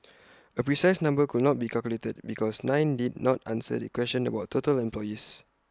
A precise number could not be calculated because nine did not answer the question about total employees